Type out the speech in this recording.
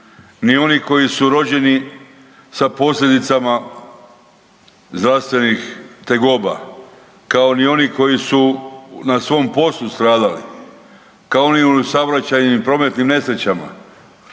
ni oni koji su rođeni sa posljedicama zdravstvenih tegoba, kao ni oni koji su na svom poslu stradali, kao oni u saobraćajnim i prometnim nesrećama.